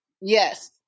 yes